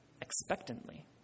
expectantly